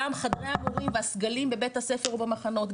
גם חדרי המורים והסגלים בבית הספר או במחנות,